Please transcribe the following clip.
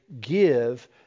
give